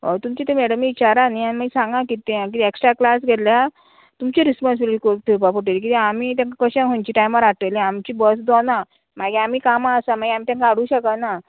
हय तुमचे तें मॅडमी विचारा न्ही आनी मागीर सांगा किदें तें किदें एक्स्ट्रा क्लास घेतल्या तुमची रिस्पोन्सिबिलीटी घेवपा पडटली किदें आमी तेंका कशें खंयची टायमार हाडटली आमची बस दोना मागीर आमी कामां आसा मागीर आमी तेंका हाडूं शकना